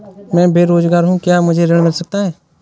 मैं बेरोजगार हूँ क्या मुझे ऋण मिल सकता है?